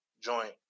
joint